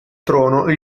trono